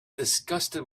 disgusted